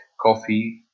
coffee